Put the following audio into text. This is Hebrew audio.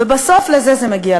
ובסוף לזה זה מגיע,